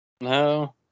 No